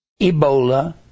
Ebola